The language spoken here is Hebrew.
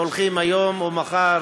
והולכים היום או מחר